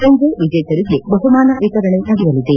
ಸಂಜೆ ವಿಜೇತರಿಗೆ ಬಹುಮಾನ ವಿತರಣೆ ನಡೆಯಲಿದೆ